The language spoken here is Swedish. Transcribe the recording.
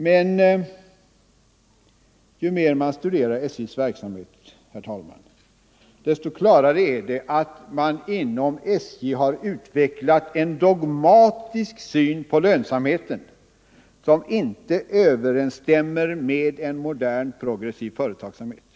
Men ju mer man studerar SJ:s verksamhet, desto klarare är det att det inom SJ har utvecklats en dogmatisk syn 13 på lönsamheten som inte överensstämmer med en modern progressiv företagsamhet.